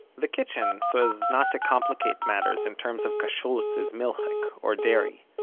the kitchen, so as not to complicate matters in terms of kashrut, is milchick, or dairy.